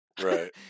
Right